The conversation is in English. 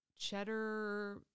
cheddar